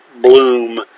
Bloom